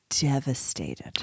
Devastated